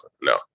No